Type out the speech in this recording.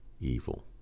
evil